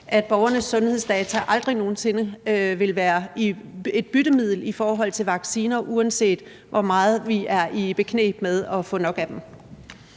at borgernes sundhedsdata aldrig nogen sinde vil være et byttemiddel i forhold til vacciner, uanset hvor meget vi er i bekneb med at få nok af dem.